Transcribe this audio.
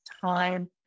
time